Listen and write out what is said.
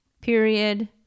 Period